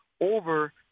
over